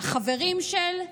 של החברים-של,